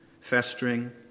festering